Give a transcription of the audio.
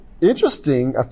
interesting